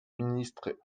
ministre